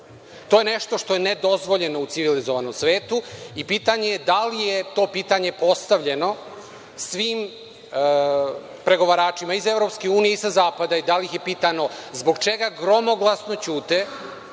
To je nešto što je nedozvoljeno u civilizovanom svetu i pitanje je da li je to pitanje postavljeno svim pregovaračima iz EU i sa zapada i da li ih je pitano zbog čega gromoglasno ćute